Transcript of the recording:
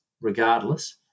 regardless